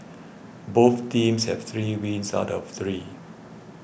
both teams have three wins out of three